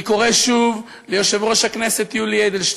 אני קורא שוב ליושב-ראש הכנסת יולי אדלשטיין,